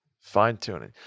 Fine-tuning